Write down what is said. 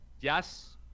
yes